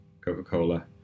coca-cola